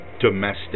domestic